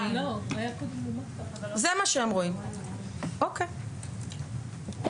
הבנתי שאנשים מאוד משתדלים לעשות סדר אבל זה כנראה לא מובהר עד הסוף,